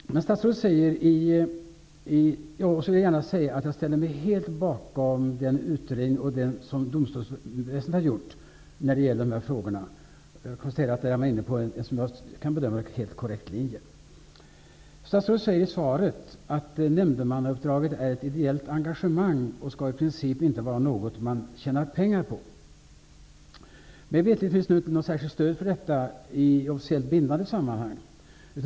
Jag vill gärna säga att jag ställer mig helt bakom den utredning som domstolsväsendet har gjort i denna fråga. Jag konstaterar att den var inne på en, såvitt jag kan bedöma, helt korrekt linje. Statsrådet säger i svaret att nämndemannauppdraget är ett ideellt engagemang och skall i princip inte vara någonting man tjänar pengar på. Mig veterligt finns det inte särskilt stöd för detta i officiellt bindande sammanhang.